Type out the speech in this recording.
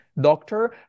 doctor